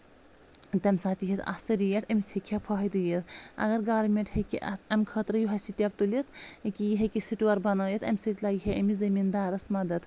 تَمہِ ساتہٕ ییٖہَس اَصٕل ریٹ أمِس ہٮ۪کہِ ہا فٲہِدٕ یِتھ اَگر گورمینٛٹ ہٮ۪کہِ اَتھ اَمہِ خٲطرٕ یِہوے سِٹیپ تُلِتھ کہِ یہِ ہٮ۪کہِ سٹور بَنٲوِتھ اَمہِ سۭتۍ لَگہِ ہا أمِس زمیٖن دارس مدد